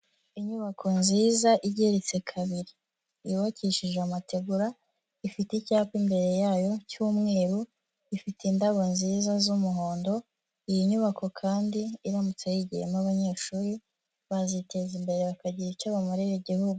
Inyubako nziza igeretse kabiri. Yubakishije amategura, ifite icyapa imbere yayo cy'umweru, ifite indabo nziza z'umuhondo, iyi nyubako kandi iramutse yigiyemo abanyeshuri, baziteza imbere bakagira icyo bamarira igihugu.